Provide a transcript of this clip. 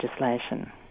legislation